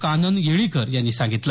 कानन येळीकर यांनी सांगितलं